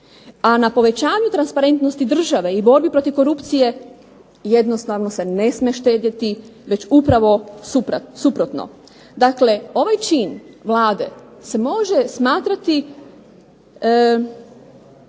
A na povećanju transparentnosti države i borbi protiv korupcije jednostavno se ne smije štedjeti, jer upravo suprotno. Dakle ovaj čin Vlade se može smatrati,